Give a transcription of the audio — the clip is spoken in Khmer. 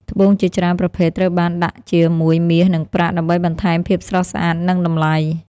ត្បូងជាច្រើនប្រភេទត្រូវបានដាក់ជាមួយមាស និងប្រាក់ ដើម្បីបន្ថែមភាពស្រស់ស្អាត និងតម្លៃ។